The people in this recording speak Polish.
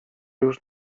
już